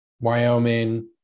Wyoming